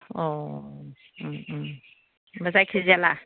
अह उम उम ओमफ्राय जायखिजाया